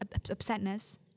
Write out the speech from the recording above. upsetness